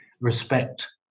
respect